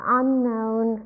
unknown